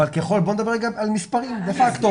אבל בוא נדבר רגע על מספרים דה-פקטו.